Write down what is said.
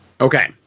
okay